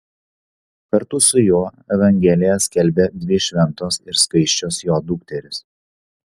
kartu su juo evangeliją skelbė dvi šventos ir skaisčios jo dukterys